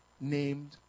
named